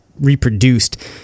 reproduced